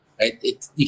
right